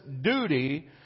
duty